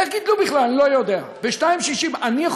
איך גידלו בכלל, ב-2.60 שקל, אני לא יודע.